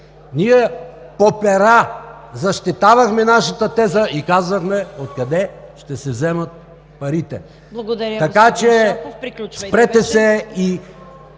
Ние по пера защитавахме нашата теза и казвахме откъде ще се вземат парите. Така че…